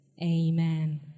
Amen